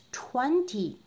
twenty